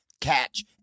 Catch